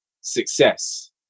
success